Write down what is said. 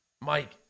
Mike